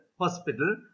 hospital